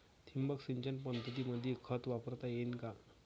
ठिबक सिंचन पद्धतीमंदी खत वापरता येईन का?